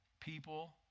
people